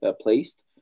placed